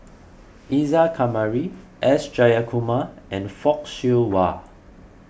Isa Kamari S Jayakumar and Fock Siew Wah